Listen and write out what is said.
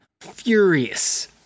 furious